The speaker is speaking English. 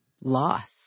loss